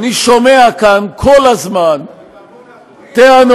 אני שומע כאן כל הזמן, יאללה, תעבור להפועל.